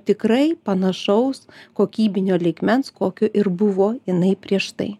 tikrai panašaus kokybinio lygmens kokio ir buvo jinai prieš tai